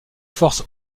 forces